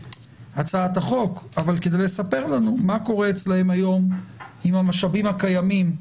להצעת החוק אבל כדי לספר לנו מה קורה אצלם היום עם המשאבים הקיימים,